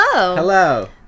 Hello